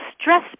stress